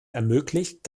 ermöglicht